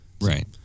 right